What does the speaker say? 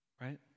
Right